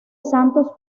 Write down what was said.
santos